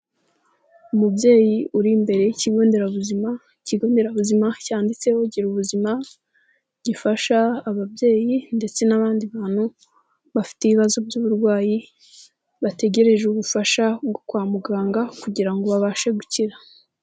Umubyeyi uri imbere y'ikigo nderabuzima, ikigo nderabuzima cyanditseho Girubuzima gifasha ababyeyi ndetse n'abandi bantu bafite ibibazo by'uburwayi bategereje ubufasha kwa muganga kugira ngo babashe gukira.